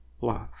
love